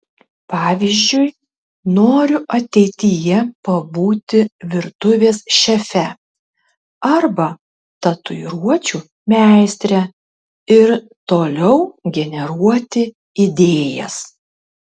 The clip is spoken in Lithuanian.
pavyzdžiui noriu ateityje pabūti virtuvės šefe arba tatuiruočių meistre ir toliau generuoti idėjas